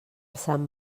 sant